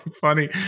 funny